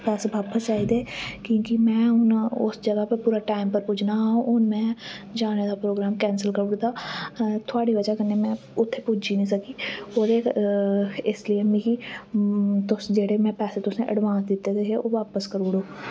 पैसे बापस चाहिदे की कि में हून उस जगाह् उप्पर पूरा टैम पर पुज्जना हा हून में जाने दा प्रोग्राम कैंसल करी ओड़े दा थोआड़ी वजह् कन्नै में उत्थै पुज्जी निं सकी ओह्दे इस लेई मिगी तुस जेह्ड़े में पैसे तुसें अडवांस दित्ते दे हे ओह् बापस करी ओड़ो